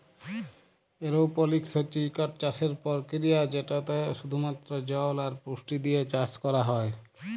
এরওপলিক্স হছে ইকট চাষের পরকিরিয়া যেটতে শুধুমাত্র জল আর পুষ্টি দিঁয়ে চাষ ক্যরা হ্যয়